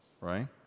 Right